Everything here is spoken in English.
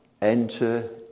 enter